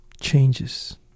Changes